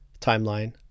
timeline